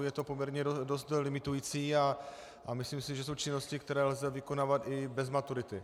Je to poměrně dost limitující a myslím si, že jsou činnosti, které lze vykonávat i bez maturity.